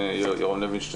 למוסדות,